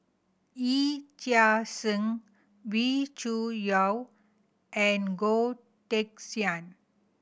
Yee Chia Hsing Wee Cho Yaw and Goh Teck Sian